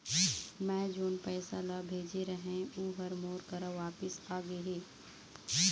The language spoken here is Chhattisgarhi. मै जोन पैसा ला भेजे रहें, ऊ हर मोर करा वापिस आ गे हे